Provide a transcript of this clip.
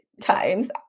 times